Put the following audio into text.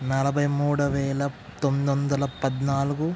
నలభై మూడు వేల తొమ్మిది వందల పద్నాలుగు